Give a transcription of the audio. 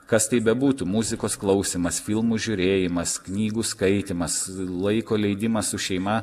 kas tai bebūtų muzikos klausymas filmų žiūrėjimas knygų skaitymas laiko leidimas su šeima